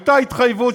הייתה התחייבות,